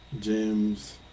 James